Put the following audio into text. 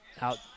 Out